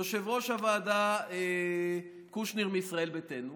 יושב-ראש הוועדה קושניר מישראל ביתנו,